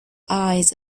eyes